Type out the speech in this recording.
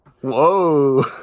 Whoa